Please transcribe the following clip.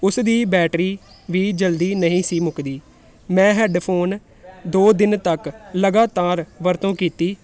ਉਸ ਦੀ ਬੈਟਰੀ ਵੀ ਜਲਦੀ ਨਹੀਂ ਸੀ ਮੁੱਕਦੀ ਮੈਂ ਹੈਡਫੋਨ ਦੋ ਦਿਨ ਤੱਕ ਲਗਾਤਾਰ ਵਰਤੋਂ ਕੀਤੀ